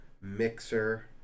Mixer